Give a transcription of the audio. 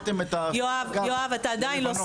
יש